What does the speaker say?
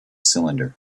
cylinder